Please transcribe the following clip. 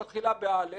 בוקר טוב.